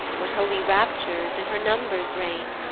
what holy raptures in her numbers reign!